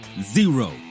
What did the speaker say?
zero